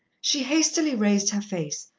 she hastily raised her face,